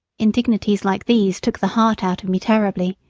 indignities like these took the heart out of me terribly,